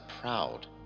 proud